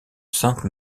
sainte